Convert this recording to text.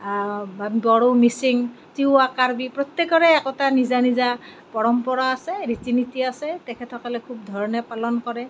বড়ো মিছিং তিৱা কাৰ্বি প্ৰত্যেকৰে একটা নিজা নিজা পৰম্পৰা আছে ৰীতি নীতি আছে তেখেতসকলে খুব ধৰণে পালন কৰে